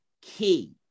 key